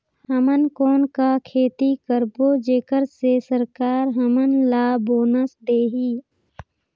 हमन कौन का खेती करबो जेकर से सरकार हमन ला बोनस देही?